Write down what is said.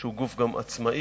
שהוא גוף גם עצמאי,